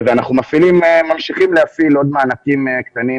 אנחנו ממשיכים להפעיל עוד מענקים קטנים